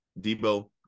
Debo